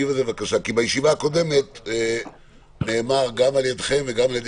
בישיבה הקודמת נאמר על ידם וגם על ידי